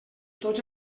tots